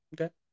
Okay